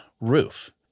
roof